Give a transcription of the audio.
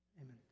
amen